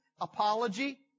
apology